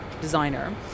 designer